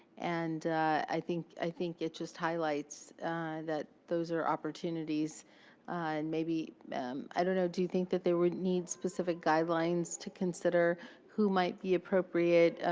and i think i think it just highlights that those are opportunities. and maybe i don't know. do you think that they would need specific guidelines to consider who might be appropriate,